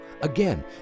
Again